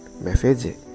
message